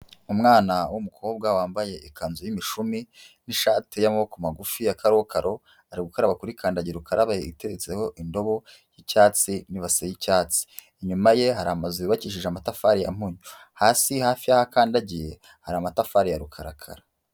Umwana w'umukobwa wambaye ikanzu y'imishumi n'ishati y'amaboko magufi ya karokaro, ari gukaraba kuri kandagira ukarabe itetseho indobo y'icyatsi n'ibasi y'icyatsi, inyuma ye hari amazu yubakishije amatafari ya nkuyo, hasi hafi y'aho akandagiye, hari amatafari ya rukarakara.